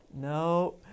no